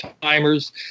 timers